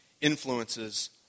influences